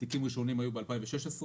תיקים ראשונים היו ב-2016,